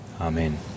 Amen